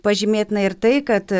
pažymėtina ir tai kad